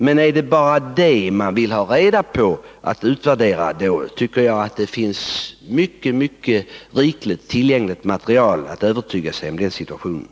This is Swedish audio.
Men är det bara sådana uppgifter man vill ha reda på tycker jag att det finns mycket rikligt material tillgängligt för att övertyga sig om situationen.